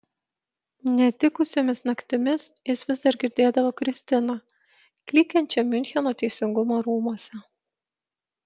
ne tikusiomis naktimis jis vis dar girdėdavo kristiną klykiančią miuncheno teisingumo rūmuose